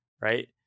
right